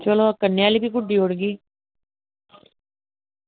चलो कन्नै आह्ली बी गुड्डी ओड़गी